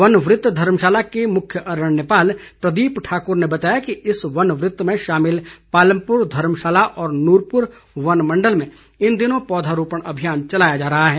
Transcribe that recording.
one वृत धर्मशाला के मुख्य अरण्यपाल प्रदीप ठाकुर ने बताया कि इस वन वृत में शामिल पालमपुर धर्मशाला और नूरपुर वन मंडल में इन दिनों पौधरोपण अभियान चलाया जा रहा है